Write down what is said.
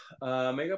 makeup